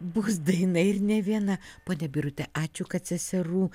bus daina ir ne viena ponia birute ačiū kad seserų